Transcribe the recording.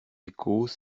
échos